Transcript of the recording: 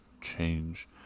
change